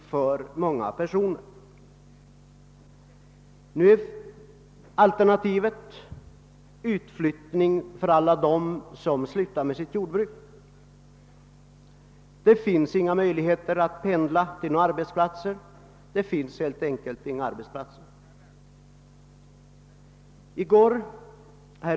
Nu är alternativet för alla dem som tvingas sluta med sitt jordbruk att flytta från orten. Det är omöjligt att pendla till någon arbetsplats, ty det finns helt enkelt inga arbetsplatser.